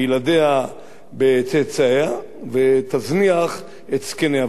בילדיה ובצאצאיה ותזניח את זקניה.